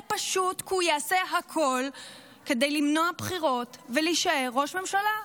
אלא פשוט כי הוא יעשה הכול כדי למנוע בחירות ולהישאר ראש ממשלה.